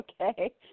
okay